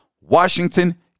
Washington